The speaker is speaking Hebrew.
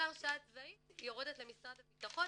והרשעה צבאית יורדת למשרד הביטחון,